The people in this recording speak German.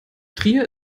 trier